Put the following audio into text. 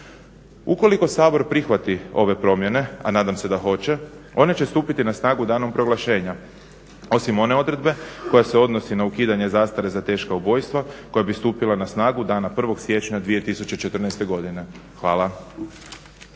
Ukoliko Sabor prihvati ove promjene, a nadam se da hoće, one će stupiti na snagu danom proglašenja, osim one odredbe koja se odnosi na ukidanje zastare za teška ubojstva koja bi stupila na snagu dana 1. siječnja 2014. godine. Hvala.